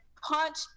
punch